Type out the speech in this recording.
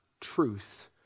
truth